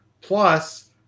plus